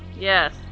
yes